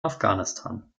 afghanistan